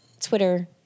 Twitter